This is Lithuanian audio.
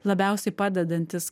labiausiai padedantis